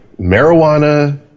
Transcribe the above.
marijuana